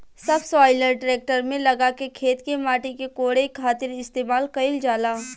subsoiler tractor में लगा के खेत के माटी के कोड़े खातिर इस्तेमाल कईल जाला